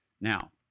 Now